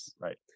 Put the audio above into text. right